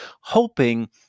hoping